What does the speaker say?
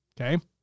Okay